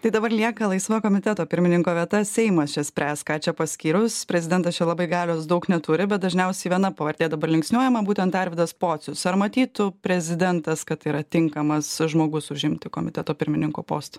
tai dabar lieka laisva komiteto pirmininko vieta seimas čia spręs ką čia paskyrus prezidentas čia labai galios daug neturi bet dažniausiai viena pavardė dabar linksniuojama būtent arvydas pocius ar matytų prezidentas kad tai yra tinkamas žmogus užimti komiteto pirmininko postą